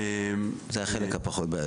אוקיי, זה החלק הפחות בעייתי.